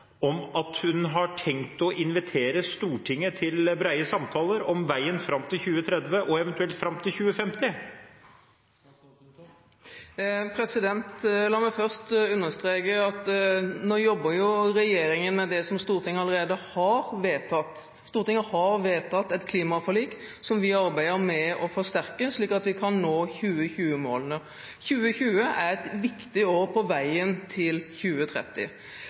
nå om hun etter at de nødvendige avklaringer med EU er foretatt, har tenkt å invitere Stortinget til brede samtaler om veien fram til 2030 og eventuelt fram til 2050? Representanten Terje Aasland har tatt opp de forslagene han refererte til. La meg først understreke at nå jobber regjeringen med det som Stortinget allerede har vedtatt. Stortinget har vedtatt et klimaforlik som vi arbeider med å forsterke, slik at vi kan nå 2020-målene. 2020